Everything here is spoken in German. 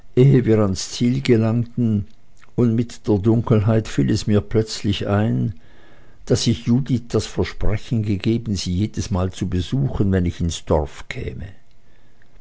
wir ans ziel gelangten und mit der dunkelheit fiel es mir plötzlich ein daß ich judith das versprechen gegeben sie jedesmal zu besuchen wenn ich ins dorf käme